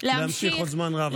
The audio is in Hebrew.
להמשיך עוד זמן רב,